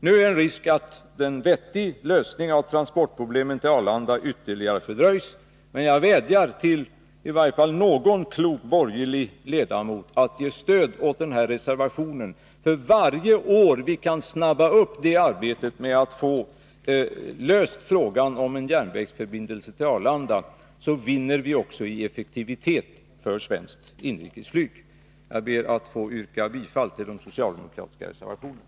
Nu är det risk för att en vettig lösning av transportproblemen till Arlanda ytterligare fördröjs, men jag vädjar till i varje fall någon klok borgerlig ledamot att ge stöd åt den här reservationen. Varje års förkortning av arbetet med att få frågan om en järnvägsförbindelse till Arlanda löst ger en vinst i effektivitet för svenskt inrikesflyg. Herr talman! Jag ber att få yrka bifall till de socialdemokratiska reservationerna.